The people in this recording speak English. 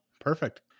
perfect